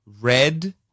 red